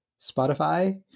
Spotify